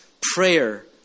prayer